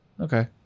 okay